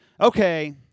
okay